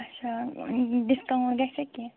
اَچھا ڈِسکاوُنٹ گژھے کیٚنٛہہ